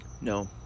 No